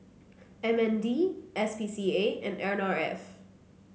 M N D S P C A and N R F